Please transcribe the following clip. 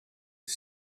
was